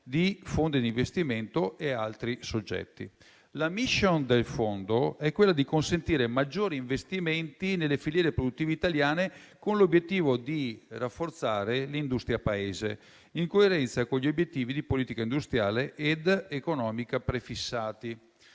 di fondi di investimento e ad altri soggetti. La *mission* del fondo è quella di consentire maggiori investimenti nelle filiere produttive italiane, con l'obiettivo di rafforzare l'industria Paese, in coerenza con gli obiettivi di politica industriale ed economica prefissati.